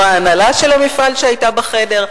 או ההנהלה של המפעל שהיתה בחדר?